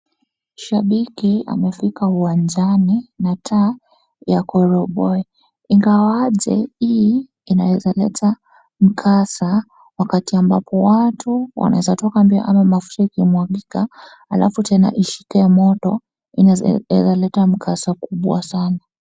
Shabiki amefika uwanjani na taa ya koroboe. Ingawaje hii inaweza leta mkasa, wakati ambapo watu wanaeza toka mbio, ama mafuta ikimwagika alafu tena ishike moto inaeza leta mkasa kubwa sana.